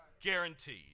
Guaranteed